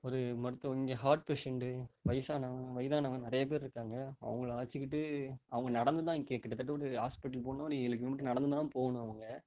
ஒரு மருத்துவம் இங்கே ஹார்ட் பேஷண்ட்டு வயதானவங்க வயதானவங்க நிறையா பேரு இருக்காங்க அவங்கள அழைச்சுக்கிட்டு அவங்க நடந்து தான் இங்கே கிட்டத்தட்ட ஒரு ஹாஸ்பிட்டல் போகணும்னா ஒரு ஏழு கிலோமீட்டர் நடந்து தான் போகணும் அவங்க